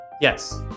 Yes